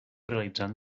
realitzant